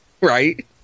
right